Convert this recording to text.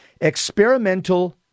experimental